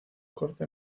corte